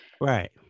Right